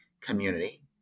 community